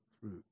fruit